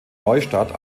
neustadt